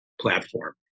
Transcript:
platform